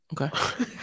Okay